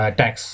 tax